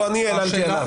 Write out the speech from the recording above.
או שאני העללתי עליו?